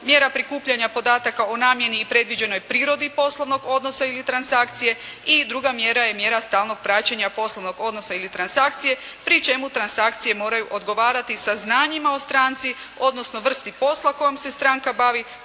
mjera prikupljanja podataka o namjeni i predviđenoj prirodi poslovnog odnosa ili transakcije i druga mjera je mjera stalnog praćenja poslovnog odnosa ili transakcije, pri čemu transakcije moraju odgovarati saznanjima o stranci, odnosno vrsti posla kojoj se stranka bavi